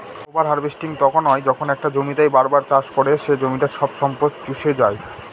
over harvesting তখন হয় যখন একটা জমিতেই বার বার চাষ করে সে জমিটার সব সম্পদ শুষে যাই